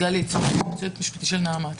אני היועצת המשפטית של ארגון משפחות